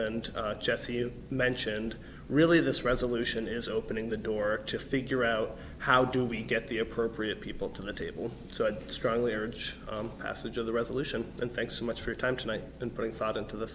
and jesse you mentioned really this resolution is opening the door to figure out how do we get the appropriate people to the table so i strongly urge passage of the resolution and thanks so much for your time tonight and putting thought into th